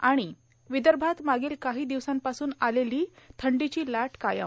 आणि विदर्भात मागील काही दिवसांपासून आलेली थंडीची लाट कायम